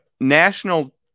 National